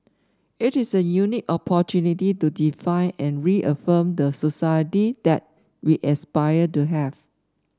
it is a unique opportunity to define and reaffirm the society that we aspire to have